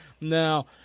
Now